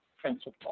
principle